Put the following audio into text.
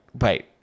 wait